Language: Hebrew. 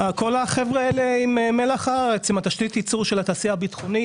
כל החבר'ה האלה עם מלח הארץ הם תשתית ייצור של תעשייה הביטחונית